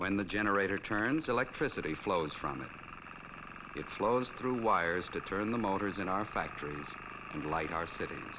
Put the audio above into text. when the generator turns electricity flows from it it flows through wires to turn the motors in our factories and light our city